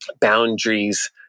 boundaries